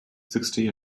sixty